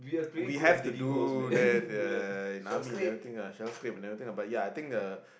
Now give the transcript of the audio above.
we have to do that uh in army and everything lah shell scrape and everything lah but ya I think the